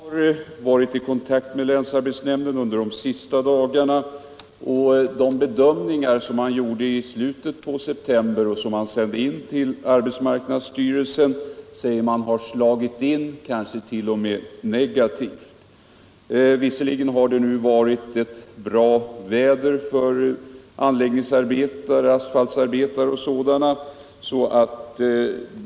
Herr talman! Jag har varit i kontakt med länsarbetsnämnden under de senaste dagarna. De bedömningar som man gjorde i slutet på september — och gav arbetsmarknadsstyrelsen besked om =— har slagit in. Läget har kanske t.o.m. blivit ännu sämre än beräknat. Visserligen har det nu varit bra väder för anläggningsarbetare, asfaltarbetare m.fl.